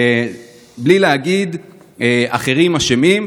שאחרים אשמים.